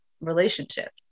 relationships